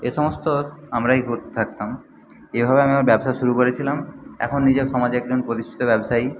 এই সমস্ত আমরাই করতে থাকতাম এইভাবে আমি আমার ব্যবসা শুরু করেছিলাম এখন নিজে সমাজে একজন প্রতিষ্ঠিত ব্যবসায়ী